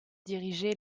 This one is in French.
dirigé